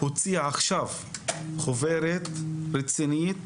הוא הוציא עכשיו חוברת רצינית,